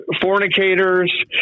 fornicators